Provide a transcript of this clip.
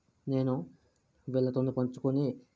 నేను వీళ్ళతోనే పంచుకుని